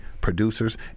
producers